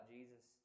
Jesus